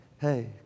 hey